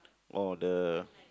oh the